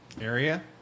Area